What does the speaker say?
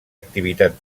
activitat